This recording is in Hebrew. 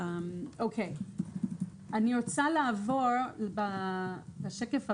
אני עוברת לשקף הבא.